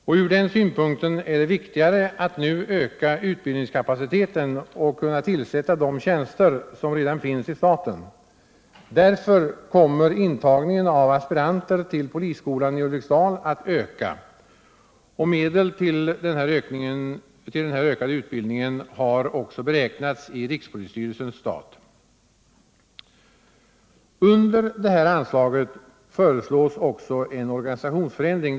Från den synpunkten är det viktigare att nu utöka utbildningskapaciteten och kunna tillsätta de tjänster som redan finns i staten. Därför kommer antalet intagna aspiranter till polisskolan i Ulriksdal att öka. Medel till den utökade utbildningen har också beräknats i rikspolisstyrelsens stat. Under anslaget föreslås också en organisationsförändring.